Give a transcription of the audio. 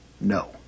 no